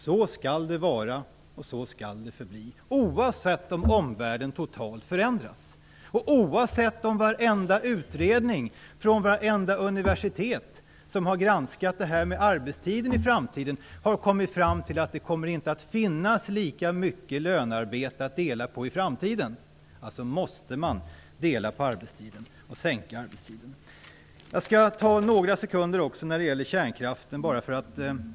Så skall det vara, och så skall det förbli, oavsett om omvärlden totalt förändras och oavsett om varenda utredning från varenda universitet som har granskat frågan om arbetstiden i framtiden har kommit fram till att det inte kommer att finnas lika mycket lönearbete att dela på i framtiden. Alltså måste man dela på arbetet och sänka arbetstiden. Jag skall ta några sekunder till kärnkraften.